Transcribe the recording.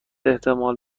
احتمال